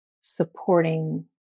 supporting